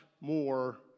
more